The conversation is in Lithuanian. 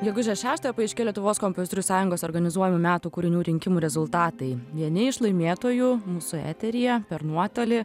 gegužės šeštąją paaiškėjo lietuvos kompozitorių sąjungos organizuojamų metų kūrinių rinkimų rezultatai vieni iš laimėtojų mūsų eteryje per nuotolį